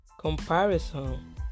comparison